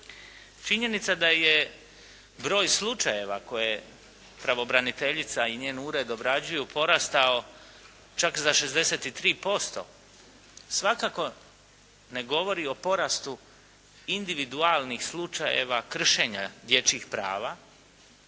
Činjenica da je broj slučajeva koje pravobraniteljica i njen ured obrađuju porastao čak za 63% svakako ne govori o porastu individualnih slučajeva kršenja dječjih prava,